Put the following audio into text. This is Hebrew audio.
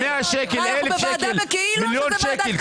מה, אנחנו בוועדה בכאילו או בוועדת כספים.